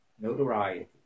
notoriety